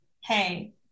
hey